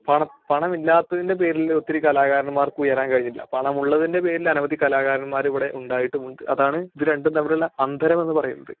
പണം പണം ഇല്ലാത്തതിൻ്റെ പേരിൽ ഒത്തിരി കലാകാരന്മാർക്ക് ഉയരാൻ കഴിഞ്ഞിട്ടില്ല പണമുള്ളതിൻ്റെ പേരിൽ അനവധി കലാകാരന്മാർ ഇവിടെ ഉണ്ടായിട്ടുമുണ്ട് അതാണ് ഇത് രണ്ടും തമ്മിലുള്ള അന്തരം എന്ന് പറയുന്നത്